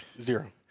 Zero